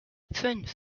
fünf